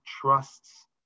trusts